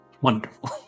Wonderful